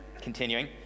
continuing